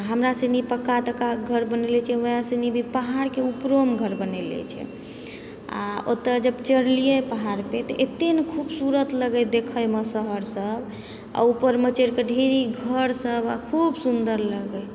हमरासनी पक्का तक्काके घर बनेलए छिए वएह सनी पहाड़के ऊपरोमे घर बनैलए छै आओर ओतऽ जब चढ़लिए पहाड़पर तऽ एतेक ने खूबसूरत लगै देखैमे शहर सब आओर ऊपरमे चढ़िकऽ ढेरी घर सब आओर खूब सुन्दर लागै